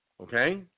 okay